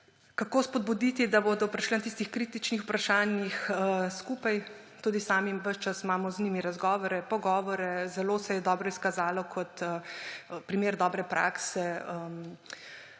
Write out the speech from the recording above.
Kako spodbuditi, da bodo prišli na tista kritična vprašanja skupaj? Tudi sami ves čas imamo z njimi razgovore, pogovore. Zelo se je dobro izkazalo kot primer dobre prakse